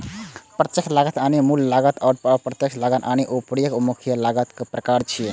प्रत्यक्ष लागत यानी मूल लागत आ अप्रत्यक्ष लागत यानी उपरिव्यय मुख्यतः लागतक प्रकार छियै